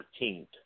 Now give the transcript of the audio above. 14th